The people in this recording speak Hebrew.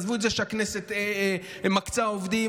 עזבו את זה שהכנסת מקצה עובדים,